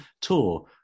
tour